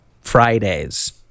Friday's